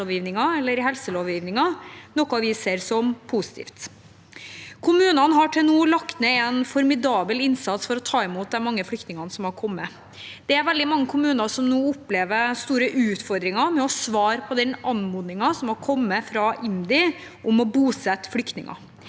eller i helselovgivningen, noe vi ser på som positivt. Kommunene har til nå lagt ned en formidabel innsats for å ta imot de mange flyktningene som har kommet. Det er veldig mange kommuner som nå opplever store utfordringer med å svare på den anmodningen som har kommet fra IMDi om å bosette flyktninger.